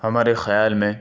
ہمارے خیال میں